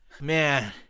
Man